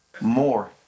more